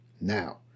Now